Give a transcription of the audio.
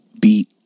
beat